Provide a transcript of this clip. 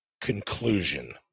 conclusion